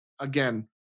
again